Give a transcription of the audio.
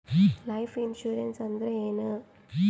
Life insurance ಅಂದ್ರ ಏನ?